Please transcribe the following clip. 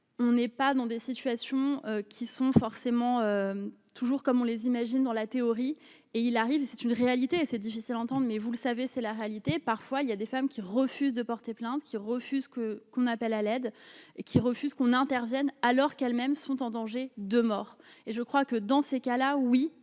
on n'est pas dans des situations qui sont forcément toujours comme on les imagine dans la théorie, et il arrive, c'est une réalité, c'est difficile, temps mais vous le savez, c'est la réalité, parfois il y a des femmes qui refusent de porter plainte, qui refuse que qu'on appelle à l'aide qui refuse qu'on intervienne alors qu'elles-mêmes sont en danger de mort et je crois que dans ces cas-là, oui,